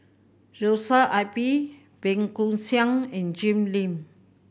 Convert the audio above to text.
Joshua I P Bey Koo Siang and Jim Lim